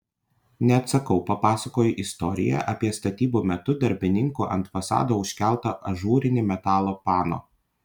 neatsakau papasakoju istoriją apie statybų metu darbininkų ant fasado užkeltą ažūrinį metalo pano